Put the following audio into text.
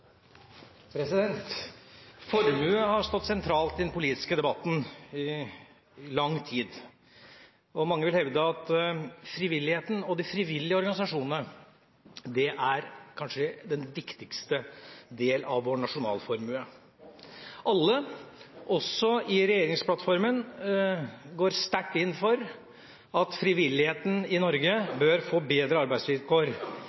Formue har stått sentralt i den politiske debatten i lang tid, og mange vil hevde at frivilligheten og de frivillige organisasjonene er den kanskje viktigste delen av vår nasjonalformue. Alle, også i regjeringsplattformen, går sterkt inn for at frivilligheten i